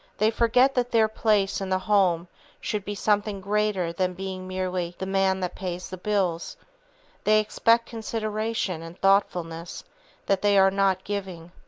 they forget that their place in the home should be something greater than being merely the man that pays the bills they expect consideration and thoughtfulness that they are not giving.